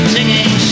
Singing